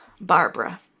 Barbara